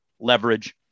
leverage